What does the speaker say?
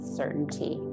certainty